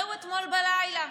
ראו אתמול בלילה,